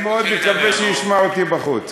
אני מאוד מקווה שישמע אותי בחוץ.